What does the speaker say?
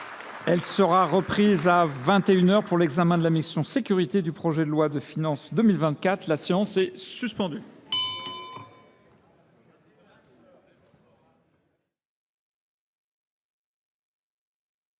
Elle sera reprise à 21h pour l'examen de la mission sécurité du projet de loi de finances 2024. La séance est suspendue.